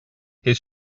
his